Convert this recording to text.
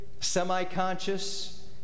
semi-conscious